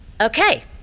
Okay